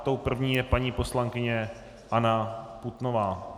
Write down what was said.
Tou první je paní poslankyně Anna Putnová.